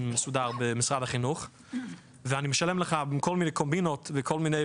מסודר במשרד החינוך ואני משלם לך בכל מיני קומבינות וכל מיני,